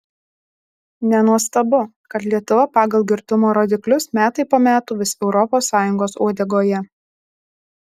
nenuostabu kad lietuva pagal girtumo rodiklius metai po metų vis europos sąjungos uodegoje